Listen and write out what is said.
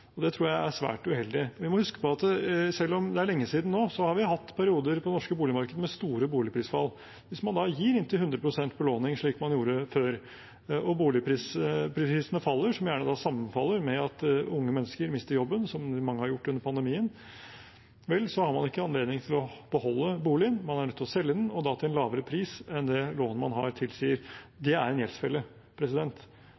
og det tror jeg er svært uheldig. Vi må huske på at selv om det er lenge siden nå, har vi hatt perioder i det norske boligmarkedet med store boligprisfall. Hvis man gir inntil 100 pst. belåning, slik man gjorde før, og boligprisene faller – som gjerne sammenfaller med at unge mennesker mister jobben, som mange har gjort under pandemien – vel, så har man ikke anledning til å beholde boligen. Man er nødt til å selge den, og da til en lavere pris enn det lånet man har,